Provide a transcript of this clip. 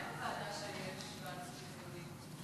מה עם הוועדה, לזיהומים?